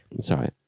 Sorry